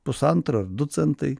pusantro du centai